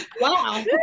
wow